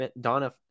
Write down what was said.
Donna